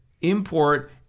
import